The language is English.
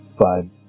five